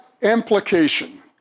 implication